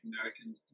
American